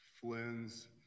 flynn's